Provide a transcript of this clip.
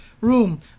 room